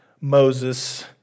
Moses